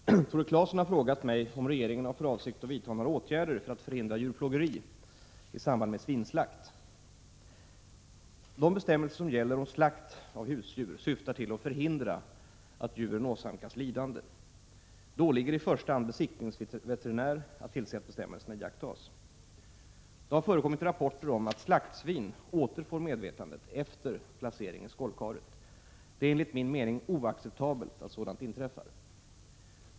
Herr talman! Tore Claeson har frågat mig om regeringen har för avsikt att vidta några åtgärder för att förhindra djurplågeri i samband med svinslakt. Gällande bestämmelser om slakt av husdjur syftar till att förhindra att djuren åsamkas lidande. Det åligger i första hand besiktningsveterinär att tillse att bestämmelserna iakttas. Det har förekommit rapporter om att slaktsvin återfår medvetandet efter placering i skållkaret. Det är enligt min mening oacceptabelt att sådant inträffar.